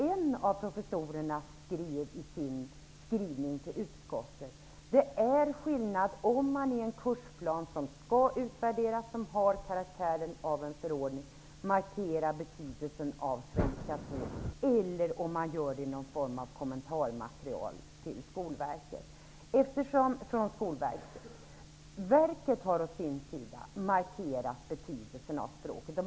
En professor skrev i en skrivelse till utskottet att det är skillnad på om det i en kursplan som har karaktären av en förordning markeras betydelsen av svenska 2, eller om det sker i någon form av kommentarmaterial från Skolverket. Verket har å sin sida markerat betydelsen av språket.